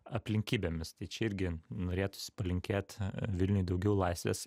aplinkybėmis tai čia irgi norėtųsi palinkėt vilniui daugiau laisvės